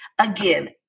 again